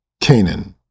Canaan